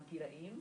הגילאים,